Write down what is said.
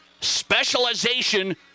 Specialization